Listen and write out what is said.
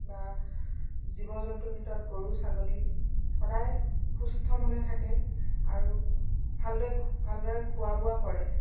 বা জীৱ জন্তুৰ ভিতৰত গৰু ছাগলী সদায় সুস্থ মনে থাকে আৰু ভালদৰে ভালদৰে খোৱা বোৱা কৰে